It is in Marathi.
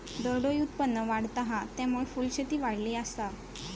दरडोई उत्पन्न वाढता हा, त्यामुळे फुलशेती वाढली आसा